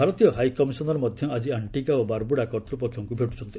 ଭାରତୀୟ high commissioner ମଧ୍ୟ ଆଜି ଆଣ୍ଟିଗା ଓ ବାରବୁଡ଼ା କର୍ତ୍ତ୍ୱପକ୍ଷଙ୍କୁ ଭେଟୁଛନ୍ତି